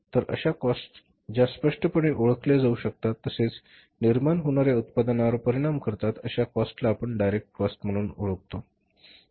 तर अश्या कॉस्ट ज्या स्पष्टपणे ओळखल्या जाऊ शकतात तसेच निर्माण होणाऱ्या उत्पादनावर परिणाम करतात अश्या कॉस्ट ला आपण डायरेक्ट कॉस्ट म्हणून ओळखतो